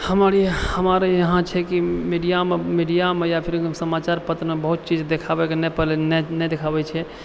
हमर हमर यहाँ छै कि मीडिआमे मीडिआमे या फिर समाचार पत्रमे बहुत चीज देखाबएके नहि पड़ नहि देखाबए छै